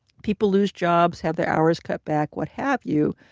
people lose jobs, have their hours cut back, what have you.